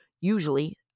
usually